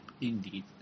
indeed